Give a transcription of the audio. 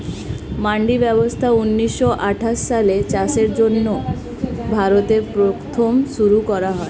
মান্ডি ব্যবস্থা ঊন্নিশো আঠাশ সালে চাষের জন্য ভারতে প্রথম শুরু করা হয়